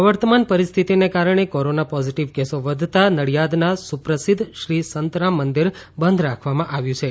પ્રવર્તમાન પરિસ્થિતિને કારણે કોરોના પોઝિટિવ કેસો વધતા નડિયાદના સુપ્રસિદ્ધ શ્રી સંતરામ મંદિર બંધ કરવામાં આવ્યું છે